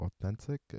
authentic